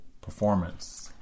performance